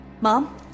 Mom